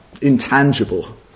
intangible